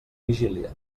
vigília